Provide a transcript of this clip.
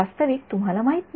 वास्तविक तुम्हाला माहित नाही